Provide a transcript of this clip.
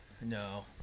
No